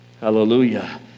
Hallelujah